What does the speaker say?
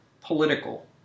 political